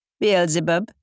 Beelzebub